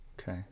Okay